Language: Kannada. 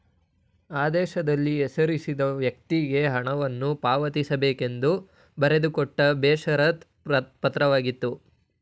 ಆದೇಶದಲ್ಲಿ ಹೆಸರಿಸಿದ ವ್ಯಕ್ತಿಗೆ ಹಣವನ್ನು ಪಾವತಿಸಬೇಕೆಂದು ಬರೆದುಕೊಟ್ಟ ಬೇಷರತ್ ಪತ್ರವಾಗಿದೆ